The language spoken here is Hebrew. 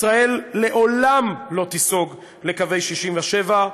ישראל לעולם לא תיסוג לקווי 67'